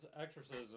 Exorcism